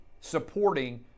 supporting